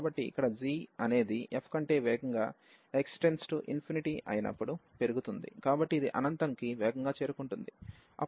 కాబట్టి ఇక్కడ g అనేది f కంటే వేగంగా x→∞ అయినప్పుడు పెరుగుతోంది కాబట్టి ఇది అనంతం కి వేగంగా చేరుకుంటుంది